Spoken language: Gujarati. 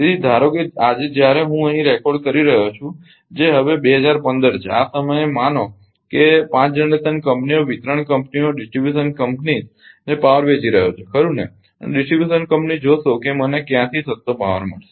તેથી ધારો કે આજે જ્યારે હું અહીં રેકોર્ડ કરી રહ્યો છું જે હવે 2015 છે આ સમયે માનો કે 5 જનરેશન કંપનીઓ વિતરણ કંપનીઓને પાવર વેચી રહ્યો છે ખરુ ને અને ડિસ્ટ્રિબ્યુશન કંપની જોશો કે મને ક્યાંથી સસ્તો પાવર મળશે